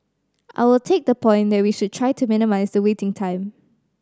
I will take the point that we should try to minimise the waiting time